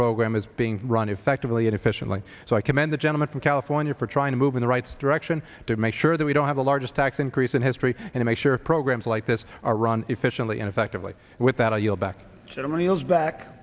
program is being run effectively and efficiently so i commend the gentleman from california for trying to move in the right direction to make sure that we don't have the largest tax increase in history and make sure programs like this are run efficiently and effectively without a you'll back